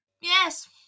Yes